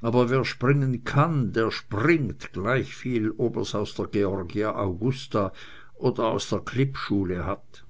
aber wer springen kann der springt gleichviel ob er's aus der georgia augusta oder aus der klippschule hat